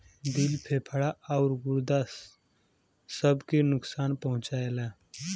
दिल फेफड़ा आउर गुर्दा सब के नुकसान पहुंचाएला